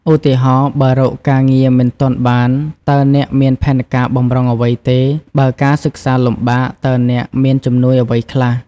ឧទាហរណ៍ បើរកការងារមិនទាន់បាន តើអ្នកមានផែនការបម្រុងអ្វីទេ? បើការសិក្សាលំបាក តើអ្នកមានជំនួយអ្វីខ្លះ?